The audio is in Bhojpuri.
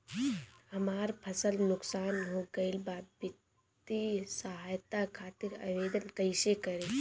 हमार फसल नुकसान हो गईल बा वित्तिय सहायता खातिर आवेदन कइसे करी?